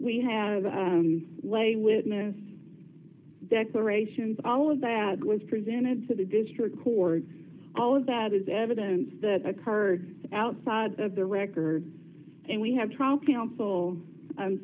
we have a lay witness declarations all of that was presented to the district court all of that is evidence that occurred outside of the records and we have trial coun